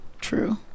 true